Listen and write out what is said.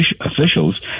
officials